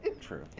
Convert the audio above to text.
True